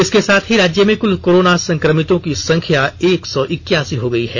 इसके साथ ही राज्य में कुल कोरोना संक्रमितों की संख्या एक सौ इक्यासी हो गयी है